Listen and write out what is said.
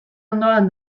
ondoan